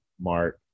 mark